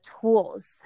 tools